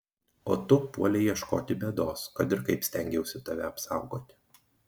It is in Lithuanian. o tu puolei ieškoti bėdos kad ir kaip stengiausi tave apsaugoti